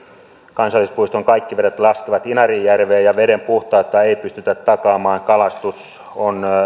kansallispuiston kaikki vedet laskevat inarijärveen ja veden puhtautta ei pystytä takaamaan ja kalastus on